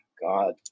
God